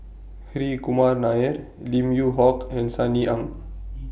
Hri Kumar Nair Lim Yew Hock and Sunny Ang